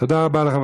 תודה רבה לחבר